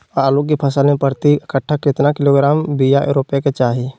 आलू के फसल में प्रति कट्ठा कितना किलोग्राम बिया रोपे के चाहि?